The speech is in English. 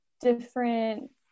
different